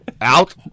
Out